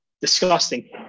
disgusting